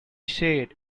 said